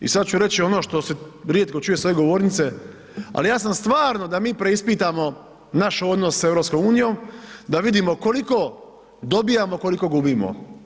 I sad ću reći ono što se rijetko čuje s ove govornice, ali ja sam stvarno, da mi preispitamo naš odnos sa EU-om da vidimo koliko dobivamo, a koliko gubimo.